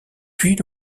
puis